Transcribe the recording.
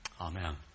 Amen